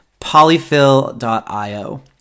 polyfill.io